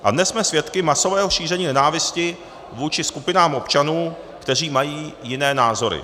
A dnes jsme svědky masového šíření nenávisti vůči skupinám občanů, kteří mají jiné názory.